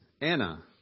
Anna